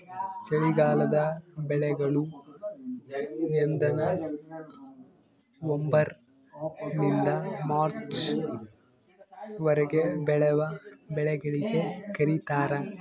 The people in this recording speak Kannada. ಚಳಿಗಾಲದ ಬೆಳೆಗಳು ಎಂದನವಂಬರ್ ನಿಂದ ಮಾರ್ಚ್ ವರೆಗೆ ಬೆಳೆವ ಬೆಳೆಗಳಿಗೆ ಕರೀತಾರ